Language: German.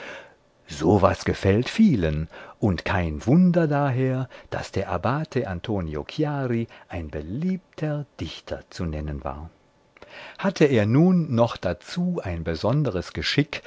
so was gefällt vielen und kein wunder daher daß der abbate antonio chiari ein beliebter dichter zu nennen war hatte er nun noch dazu ein besonderes geschick